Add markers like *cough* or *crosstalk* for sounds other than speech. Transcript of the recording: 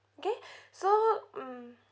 okay *breath* so mm